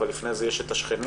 אבל לפני זה יש את השכנים,